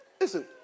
Listen